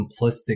simplistic